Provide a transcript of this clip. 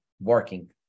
working